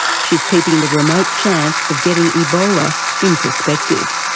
she's keeping the remote chance of getting ebola in perspective.